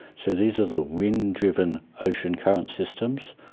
so these are the wind-driven ocean current systems.